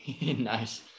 nice